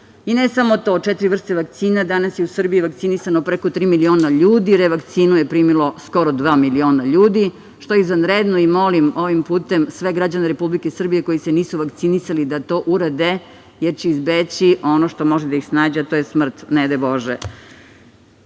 I ne samo to. Od četiri vrste vakcina, danas je u Srbiji vakcinisano preko tri miliona ljudi, revakcinu je primilo skoro dva miliona ljudi, što je izvanredno i molim ovim putem sve građane Republike Srbije koji se nisu vakcinisali, da to urade, jer će izbeći ono što može da ih snađe, a to je smrt, ne daj bože. Šta